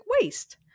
waste